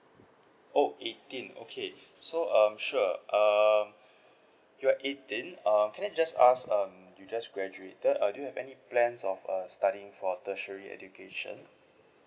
oh eighteen okay so um sure uh you're eighteen uh can I just ask um you just graduated uh do you have any plans of uh studying for tertiary education